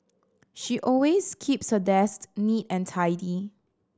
she always keeps her desk neat and tidy